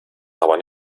aber